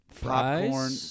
popcorn